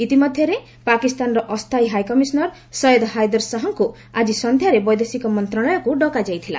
ଇତିମଧ୍ୟରେ ପାକିସ୍ତାନର ଅସ୍ଥାୟୀ ହାଇକମିଶନର ସୟଦ୍ ହାଇଦର୍ ଶାହାଙ୍କୁ ଆଜି ସନ୍ଧ୍ୟାରେ ବୈଦେଶିକ ମନ୍ତ୍ରଣାଳୟକୁ ଡକାଯାଇଥିଲା